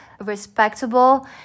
respectable